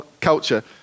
culture